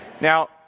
Now